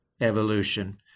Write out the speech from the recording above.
evolution